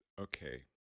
Okay